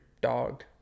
dog